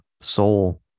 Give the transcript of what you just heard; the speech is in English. Soul